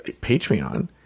Patreon